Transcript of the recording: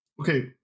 Okay